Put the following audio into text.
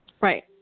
Right